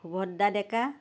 Subhadra Deka